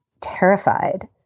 terrified